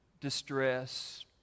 distress